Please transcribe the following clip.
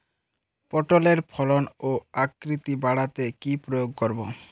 পটলের ফলন ও আকৃতি বাড়াতে কি প্রয়োগ করব?